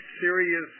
serious